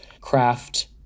craft